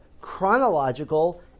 chronological